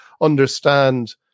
understand